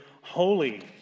holy